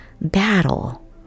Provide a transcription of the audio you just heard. battle